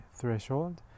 threshold